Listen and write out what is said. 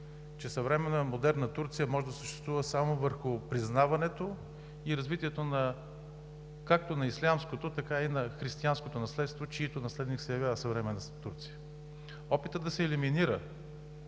че съвременна, модерна Турция може да съществува само върху признаването и развитието както на ислямското, така и на християнското наследство, чийто наследник се явява съвременна Турция. Опитът да се елиминира